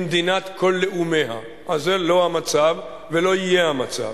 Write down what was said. למדינת כל לאומיה, אז זה לא המצב ולא יהיה המצב.